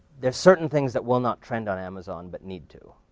there's certain things that will not trend on amazon, but need to.